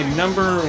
number